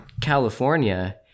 California